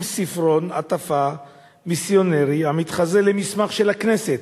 ספרון הטפה מיסיונרי המתחזה למסמך של הכנסת,